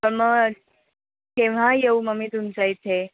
तर मग केव्हा येऊ मग मी तुमच्या इथे